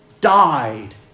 died